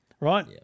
Right